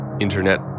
internet